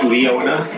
Leona